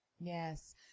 Yes